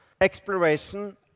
Exploration